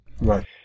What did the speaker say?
right